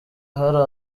hari